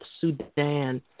Sudan